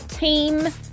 Team